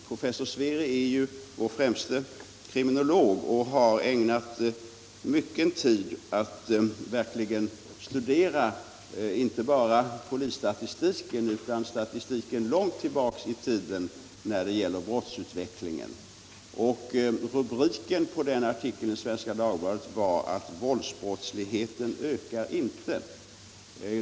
Professor Sveri är ju vår främste kriminolog och har ägnat mycken tid åt att verkligen studera inte bara polisstatistiken utan statistiken långt tillbaka i tiden när det gäller brottsutvecklingen. Rubriken på den artikeln i Svenska Dagbladet var ”Våldsbrottsligheten ökar inte”.